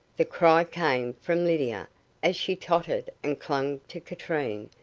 the cry came from lydia as she tottered and clung to katrine,